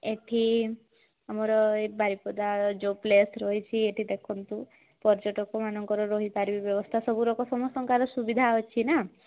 ଏଠି ଆମର ବାରିପଦାର ଯେଉଁ ପ୍ଲେସ୍ ରହିଛି ଏଠି ଦେଖନ୍ତୁ ପର୍ଯ୍ୟଟକମାନଙ୍କର ରହି ପାରିବା ସବୁ ବ୍ୟବସ୍ଥା ସବୁ ଲୋକ ସମସ୍ତଙ୍କର ସୁବିଧା ଅଛି ନା